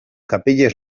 capelles